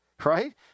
Right